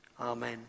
Amen